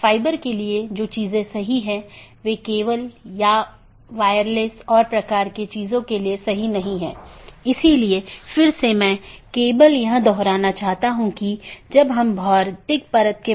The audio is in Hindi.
जैसे अगर मै कहूं कि पैकेट न 1 को ऑटॉनमस सिस्टम 6 8 9 10 या 6 8 9 12 और उसके बाद गंतव्य स्थान पर पहुँचना चाहिए तो यह ऑटॉनमस सिस्टम का एक क्रमिक सेट है